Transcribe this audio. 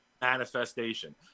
manifestation